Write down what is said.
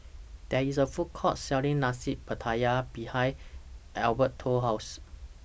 There IS A Food Court Selling Nasi Pattaya behind Alberto's House